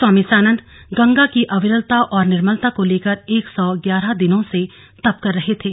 स्वामी सानंद गंगा की अविरलता और निर्मलता को लेकर एक सौ ग्यारह दिनों से तप कर रहे थे